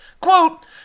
Quote